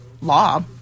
law